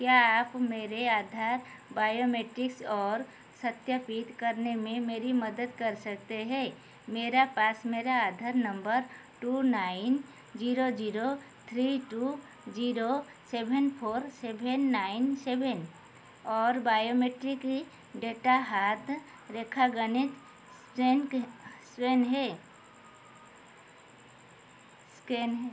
क्या आप मेरे आधार बायोमेट्रिक्स और सत्यापित करने में मेरी मदद कर सकते है मेरए पास मेरा Aadhaar number two nine zero zero three two zero seven four seven nine seven और बायोमेट्रिक डेटा हाथ रेखा गणित सेंक स्वेन है स्केन